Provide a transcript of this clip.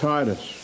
Titus